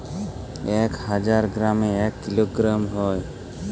এক হাজার গ্রামে এক কিলোগ্রাম হয়